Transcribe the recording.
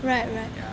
ya